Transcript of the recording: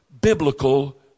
biblical